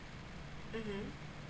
mm